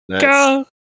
Go